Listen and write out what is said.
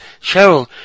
Cheryl